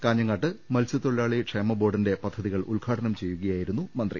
കാഞ്ഞങ്ങാട്ട് മത്സ്യ ത്തൊളിലാളി ക്ഷേമ ബോർഡിന്റെ പദ്ധതികൾ ഉദ്ഘാടനം ചെയ്യു കയായിരുന്നു മന്ത്രി